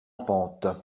pente